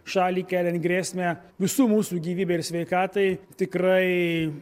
šalį keliant grėsmę visų mūsų gyvybei ir sveikatai tikrai